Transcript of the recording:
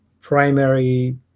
primary